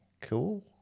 cool